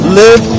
live